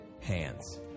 hands